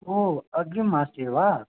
ओ अग्रिममासे वा